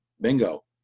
Bingo